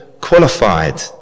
qualified